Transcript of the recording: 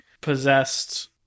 possessed